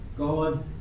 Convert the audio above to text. God